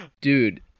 Dude